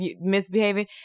misbehaving